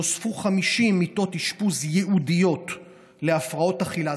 נוספו 50 מיטות אשפוז ייעודיות להפרעות אכילה,